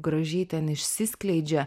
gražiai ten išsiskleidžia